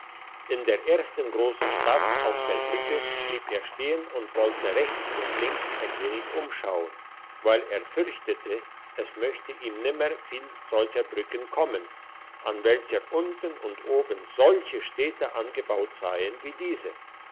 in der ersten grossen stadt auf der brücke blieb er stehen und wollte rechts und links ein wenig umschauen weil er fürchtete es möchten ihm nimmer viel solche brücken kommen an welche unten und oben solche städte angebaut seien wie diese